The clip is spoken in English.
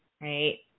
right